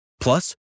Plus